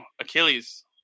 Achilles